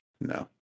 No